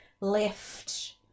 left